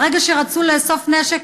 ברגע שרצו לאסוף נשק,